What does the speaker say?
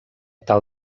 tal